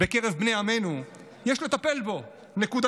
בקרב בני עמנו, יש לטפל בו נקודתית.